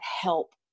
help